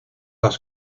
las